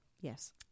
yes